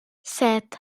set